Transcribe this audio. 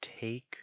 take